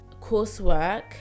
coursework